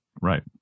Right